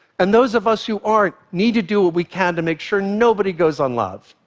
and those of us who aren't need to do what we can to make sure nobody goes unloved.